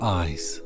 eyes